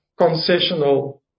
concessional